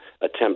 attempt